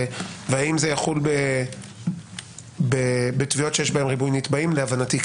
והאם זה יחול בתביעות שיש בהן ריבוי נתבעים להבנתי,